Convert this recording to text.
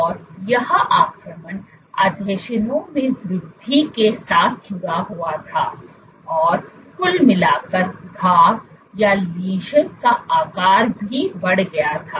और यह आक्रमण आसंजनों में वृद्धि के साथ जुड़ा हुआ था और कुल मिलाकर घाव का आकार भी बढ़ गया था